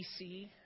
PC